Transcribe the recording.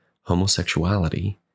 homosexuality